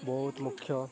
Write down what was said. ବହୁତ ମୁଖ୍ୟ